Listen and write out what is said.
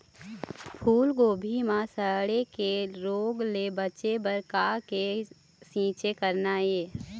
फूलगोभी म सड़े के रोग ले बचे बर का के छींचे करना ये?